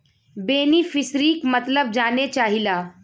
बेनिफिसरीक मतलब जाने चाहीला?